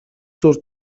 зуур